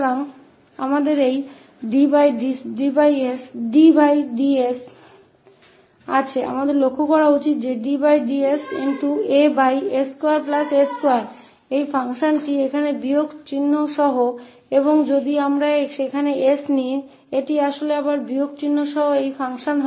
तो हमारे पास dds है हमें ध्यान देना चाहिए कि ddsas2a2यह फ़ंक्शन यहाँ माइनस साइन के साथ है और यदि हम वहाँ 𝑠 लेते हैं तो यह वास्तव में फिर से माइनस साइन के साथ यह फ़ंक्शन है